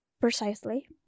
precisely